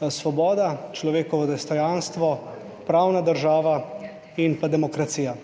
Svoboda, človekovo dostojanstvo, pravna država in pa demokracija